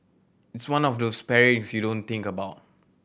it's one of those pairing you don't think about